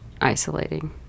isolating